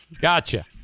Gotcha